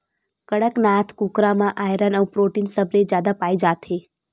कड़कनाथ कुकरा म आयरन अउ प्रोटीन सबले जादा पाए जाथे